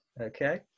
Okay